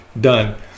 done